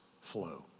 flow